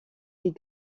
est